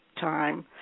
time